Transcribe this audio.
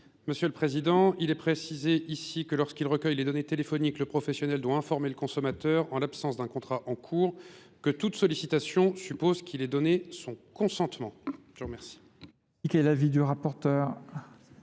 Monsieur le Président, il est précisé ici que lorsqu'il recueille les données téléphoniques, le professionnel doit informer le consommateur, en l'absence d'un contrat en cours, que toute sollicitation suppose qu'il ait donné son consentement. Je remercie.